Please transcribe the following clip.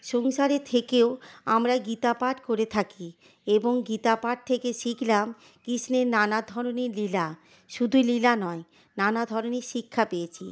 সংসারে থেকেও আমরা গীতাপাঠ করে থাকি এবং গীতাপাঠ থেকে শিখলাম কৃষ্ণের নানা ধরণের লীলা শুধু লীলা নয় নানা ধরণের শিক্ষা পেয়েছি